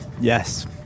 Yes